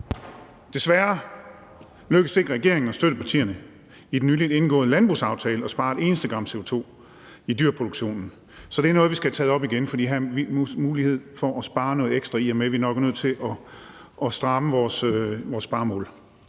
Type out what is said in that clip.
Desværre lykkedes det ikke regeringen og støttepartierne i den nyligt indgåede landbrugsaftale at spare et eneste gram CO2 i dyreproduktionen, så det er noget, vi skal have taget op igen, for her er der mulighed for at spare noget ekstra, i og med at vi nok er nødt til at stramme vores sparemål.